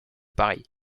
paris